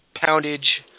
poundage